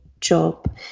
job